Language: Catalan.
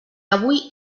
avui